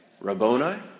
Rabboni